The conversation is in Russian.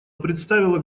представило